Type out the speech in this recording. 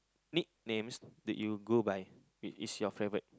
nicknames do you go by which is your favorite